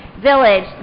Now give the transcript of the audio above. village